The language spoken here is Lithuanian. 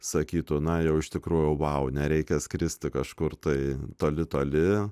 sakytų na jau iš tikrųjų vau nereikia skristi kažkur tai toli toli